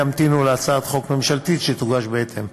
ימתין להצעת חוק ממשלתית שתוגש בהתאם.